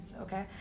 Okay